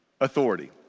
authority